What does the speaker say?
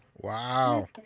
Wow